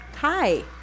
Hi